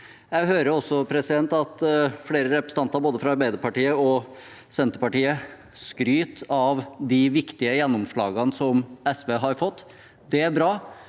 Jeg hører også at flere representanter, både fra Arbeiderpartiet og fra Senterpartiet, skryter av de viktige gjennomslagene som SV har fått. Det er bra,